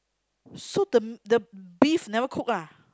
so the the beef never cook ah